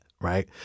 right